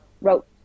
wrote